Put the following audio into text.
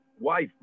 wife